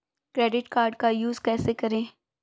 Credit card का use कैसे करें?